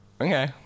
Okay